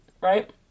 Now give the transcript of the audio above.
right